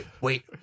Wait